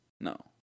No